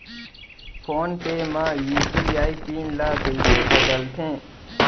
Phone पे म UPI PIN ल कइसे बदलथे?